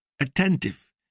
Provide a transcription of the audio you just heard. attentive